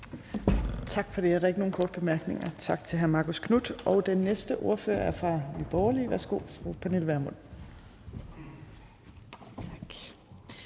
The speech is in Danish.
Tak for det. Der er ikke nogen korte bemærkninger. Tak til hr. Marcus Knuth, og den næste ordfører er fra Nye Borgerlige. Værsgo, fru Pernille Vermund.